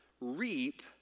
reap